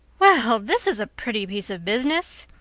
well, this is a pretty piece of business!